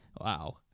Wow